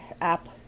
app